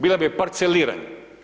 Bila bi parcelirana.